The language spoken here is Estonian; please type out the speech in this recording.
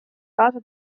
kaasa